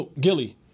gilly